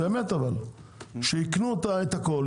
שיקנו הכול,